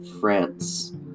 France